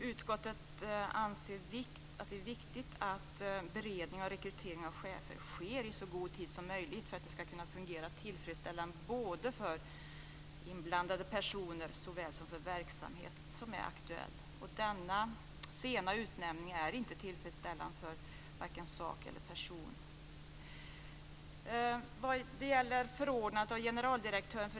Utskottet anser att det är viktigt att beredning och rekrytering av chefer sker i så god tid som möjligt för att det ska kunna fungera tillfredsställande både för inblandade personer såväl som för verksamhet som är aktuell. Denna sena utnämning är inte tillfredsställande för vare sig sak eller person.